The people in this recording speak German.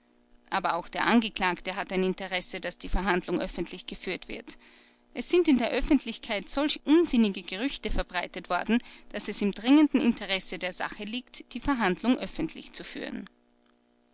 aber auch der angeklagte hat ein interesse daß die verhandlung öffentlich geführt wird es sind in der öffentlichkeit solch unsinnige gerüchte verbreitet worden daß es im dringenden interesse der sache liegt die verhandlung öffentlich zu führen